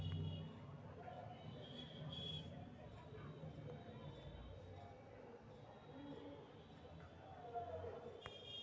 हमर छोटका भाई सभके बैकहो के खेलौना बहुते पसिन्न हइ